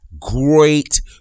Great